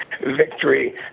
victory